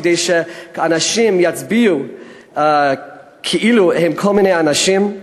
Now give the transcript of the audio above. כדי שאנשים יצביעו כאילו הם כל מיני אנשים.